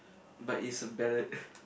but is a ballad